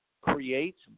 creates